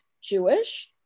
jewish